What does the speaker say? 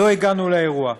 לא הגענו לאירוע.